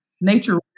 Nature